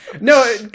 No